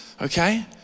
okay